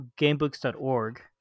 Gamebooks.org